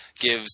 gives